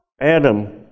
Adam